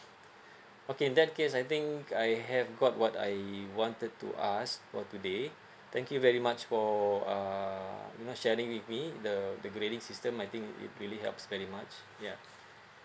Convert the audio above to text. okay in that case I think I have got what I wanted to ask for today thank you very much for uh you know sharing with me the the grading system I think it really helps very much yeah